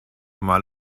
mal